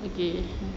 okay